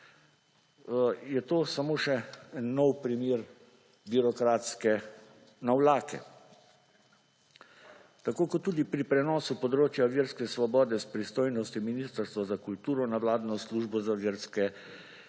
je to samo še nov primer birokratske navlake. Tako kot tudi pri prenosu področja verske svobode s pristojnosti Ministrstva za kulturo na vladno službo za verske